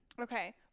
Okay